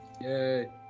Yay